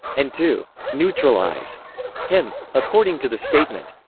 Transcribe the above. and to neutralize him. according to the statement,